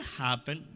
happen